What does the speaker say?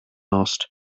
asked